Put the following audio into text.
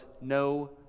no